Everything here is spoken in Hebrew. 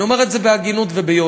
אני אומר את זה בהגינות וביושר.